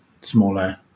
smaller